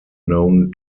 known